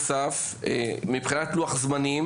נוסף: מבחינת לוח זמנים